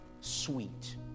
sweet